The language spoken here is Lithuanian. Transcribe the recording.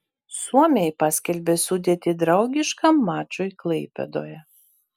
suomiai paskelbė sudėtį draugiškam mačui klaipėdoje